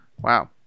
wow